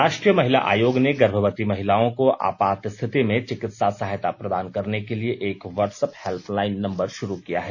राष्ट्रीय महिला आयोग ने गर्भवती महिलाओं को आपात स्थिति में चिकित्सा सहायता प्रदान करने के लिए एक व्हाट्सएप हेल्यलाइन नंबर शुरू किया है